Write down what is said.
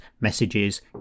messages